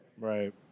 Right